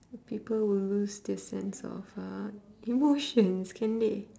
people will lose their sense of uh emotions can they